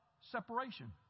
separation